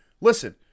listen